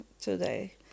today